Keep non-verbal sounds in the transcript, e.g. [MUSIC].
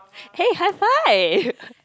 hey high five [LAUGHS]